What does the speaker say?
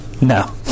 no